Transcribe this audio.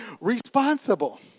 responsible